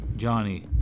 Johnny